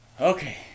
Okay